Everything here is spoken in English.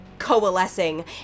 coalescing